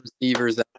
Receivers